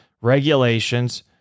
regulations